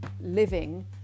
living